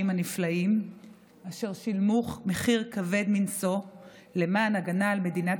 הנפלאים אשר שילמו מחיר כבד מנשוא למען ההגנה על מדינת